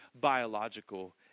biological